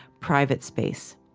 private space.